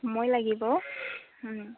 সময় লাগিব